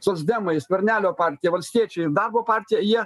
socdemai skvernelio partija valstiečiai ir darbo partija jie